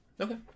Okay